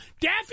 Daffy